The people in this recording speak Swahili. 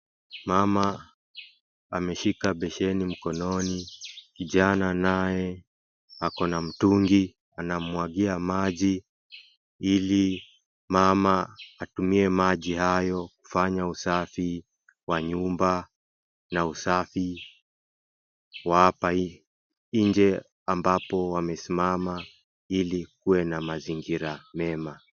Mama ameshika besheni mkononi, kijana naye ako na mtungi anammwagia maji ili mama atumie maji hayo kufanya usafi wa nyumba na usafi wa apa inje ambapo wamesimama ili kuwe na mazingira mema.